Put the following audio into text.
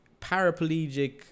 paraplegic